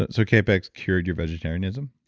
and so capex cured your vegetarianism?